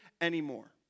anymore